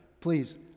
please